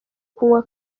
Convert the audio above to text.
kunywa